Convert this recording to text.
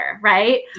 right